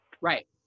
Right